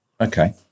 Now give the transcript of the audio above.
Okay